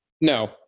No